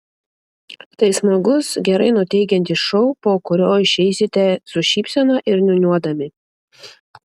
tai smagus gerai nuteikiantis šou po kurio išeisite su šypsena ir niūniuodami